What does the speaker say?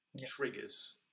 triggers